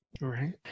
Right